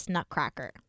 Nutcracker